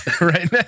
right